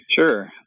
Sure